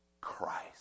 christ